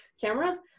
camera